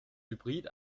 hybrid